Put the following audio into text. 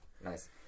Nice